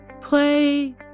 play